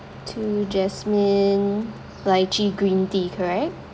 two jasmine lychee green tea correct